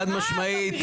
חד משמעית.